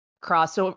cross